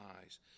eyes